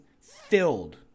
filled